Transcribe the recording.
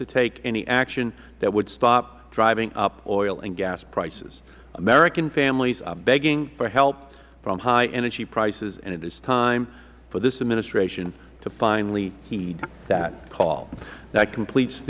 to take any action that would stop driving up oil and gas prices american families are begging for help from high energy prices and it is time for this administration to finally heed that call that completes